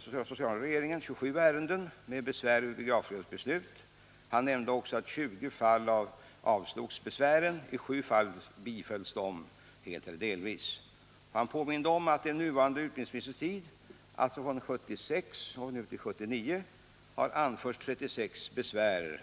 socialdemokratiska regeringen 27 ärenden med besvär över biografbyråns beslut. I 20 fall avslogs besvären, i 7 fall bifölls de helt eller delvis. Under den nuvarande utbildningsministerns tid, från 1976, har anförts 36 besvär.